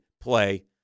play